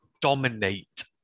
dominate